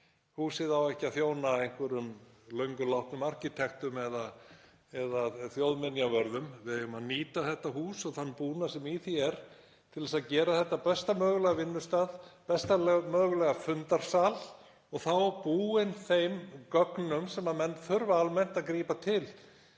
Húsið á ekki að þjóna einhverjum löngu látnum arkitektum eða þjóðminjavörðum. Við eigum að nýta þetta hús og þann búnað sem í því er til þess að gera þetta að besta mögulega vinnustað, besta mögulega fundarsal og þá búinn þeim gögnum sem menn þurfa almennt að grípa til